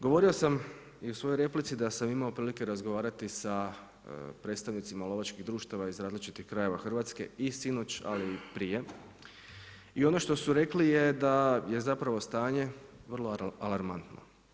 Govorio sam i u svojoj replici da sam imao prilike razgovarati sa predstavnicima lovačkih društava iz različitih krajeva Hrvatske i sinoć ali i prije, i ono što su rekli je da je zapravo stanje vrlo alarmantno.